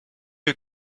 you